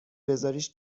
بزاریش